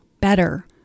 better